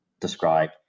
describe